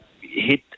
hit